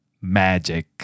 Magic